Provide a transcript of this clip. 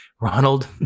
Ronald